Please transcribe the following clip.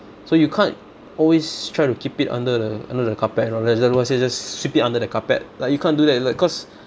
so you can't always try to keep it under the under the carpet say just sweep it under the carpet like you can't do that like cause